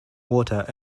water